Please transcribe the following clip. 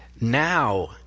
Now